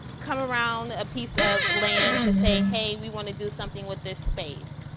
come around a piece of land to say, hey, we wanna do something with this space.